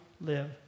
live